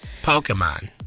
Pokemon